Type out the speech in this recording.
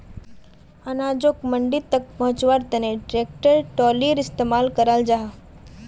अनाजोक मंडी तक पहुन्च्वार तने ट्रेक्टर ट्रालिर इस्तेमाल कराल जाहा